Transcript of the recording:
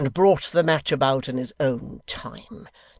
and brought the match about in his own time,